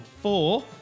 four